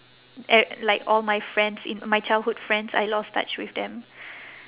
and like all my friends in my childhood friends I lost touch with them